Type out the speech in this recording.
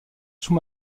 sous